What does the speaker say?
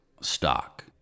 stock